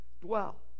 dwell